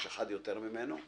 יש אחד יותר ממנו.